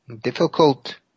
difficult